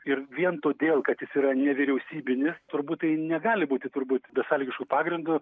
ir vien todėl kad jis yra nevyriausybinis turbūt tai negali būti turbūt besąlygišku pagrindu